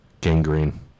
Gangrene